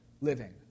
living